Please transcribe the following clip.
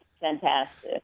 fantastic